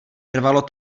trvalo